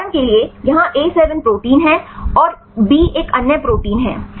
उदाहरण के लिए यहां ए 7 प्रोटीन है और बी एक अन्य प्रोटीन है